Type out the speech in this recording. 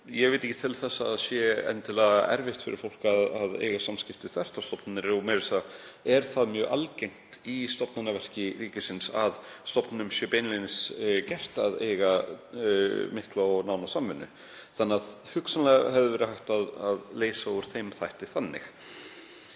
ég veit ekki til þess að það sé endilega erfitt fyrir fólk að eiga samskipti þvert á stofnanir. Meira að segja er það mjög algengt í stofnanaverki ríkisins að stofnunum sé beinlínis gert að eiga mikla og nána samvinnu. Hugsanlega hefði verið hægt að leysa úr þeim þætti þannig.